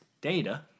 Data